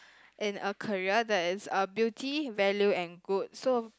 in a career that is uh beauty value and good so